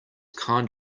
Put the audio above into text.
kind